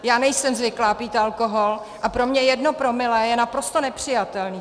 Já nejsem zvyklá pít alkohol a pro mě jedno promile je naprosto nepřijatelné.